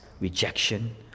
rejection